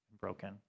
broken